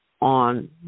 on